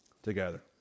Together